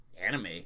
anime